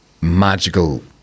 magical